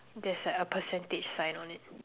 there's like a percentage sign on it